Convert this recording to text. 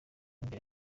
mbere